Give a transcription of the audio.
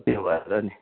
त्यो भएर नि